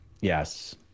yes